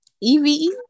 eve